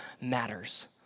matters